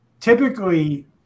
Typically